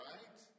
Right